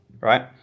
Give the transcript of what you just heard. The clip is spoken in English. right